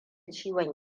ciwon